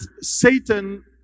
Satan